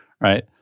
right